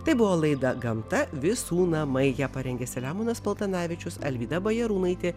tai buvo laida gamta visų namai ją parengė selemonas paltanavičius alvyda bajarūnaitė